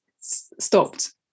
stopped